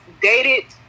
dated